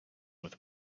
with